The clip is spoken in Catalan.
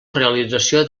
realització